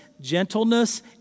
gentleness